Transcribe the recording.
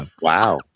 Wow